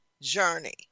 journey